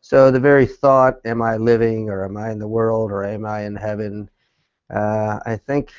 so the very thought, am i living or am i in the world or am i in heaven i think